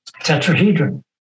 tetrahedron